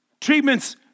Treatments